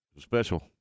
Special